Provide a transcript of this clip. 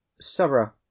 sarah